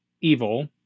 evil